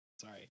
sorry